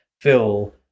Phil